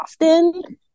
often